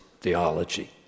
theology